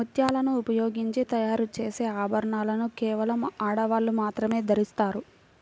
ముత్యాలను ఉపయోగించి తయారు చేసే ఆభరణాలను కేవలం ఆడవాళ్ళు మాత్రమే ధరిస్తారు